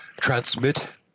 transmit